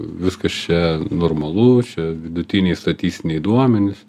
viskas čia normalu čia vidutiniai statistiniai duomenys